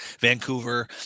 Vancouver